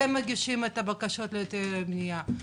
אתם מגישים את הבקשות להיתרי בניה,